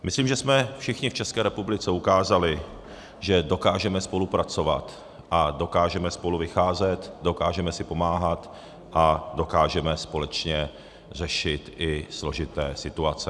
Myslím, že jsme všichni v České republice ukázali, že dokážeme spolupracovat a dokážeme spolu vycházet, dokážeme si pomáhat a dokážeme společně řešit i složité situace.